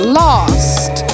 lost